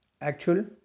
actual